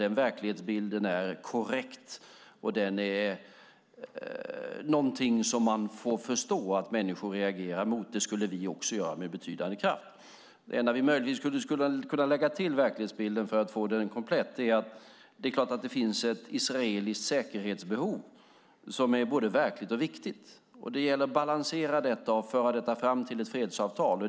Den verklighetsbilden är korrekt, och man får förstå att människor reagerar mot förhållandena. Det skulle vi också göra med betydande kraft. Det enda vi möjligtvis kan lägga till, för att få verklighetsbilden komplett, är att det givetvis finns ett israeliskt säkerhetsbehov som är både verkligt och viktigt. Det gäller att balansera detta och föra det fram till ett fredsavtal.